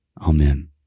Amen